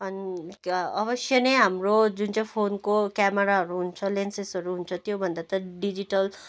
अनि अवश्य नै हाम्रो जुन चाहिँ फोनको क्यामराहरू हुन्छ लेन्सेसहरू हुन्छ त्यो भन्दा त डिजिटल